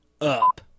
up